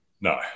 No